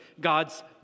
God's